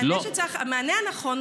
המענה הנכון,